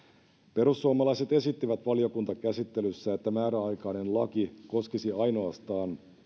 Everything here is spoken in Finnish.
perussuomalaiset esittivät valiokuntakäsittelyssä että määräaikainen laki koskisi ainoastaan